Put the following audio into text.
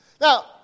Now